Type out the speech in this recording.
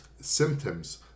symptoms